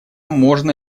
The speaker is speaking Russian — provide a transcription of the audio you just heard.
можно